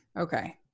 Okay